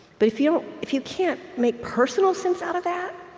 but if you if you can't make personal sense out of that,